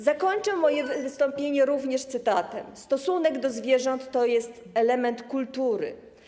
Zakończę moje wystąpienie również cytatem: „Stosunek do zwierząt to jest element kultury.